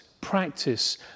practice